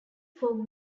fog